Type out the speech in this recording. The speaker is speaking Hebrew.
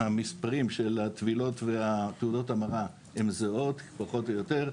המספרים של הטבילות ותעודות ההמרה הם זהים פחות או יותר,